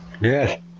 Yes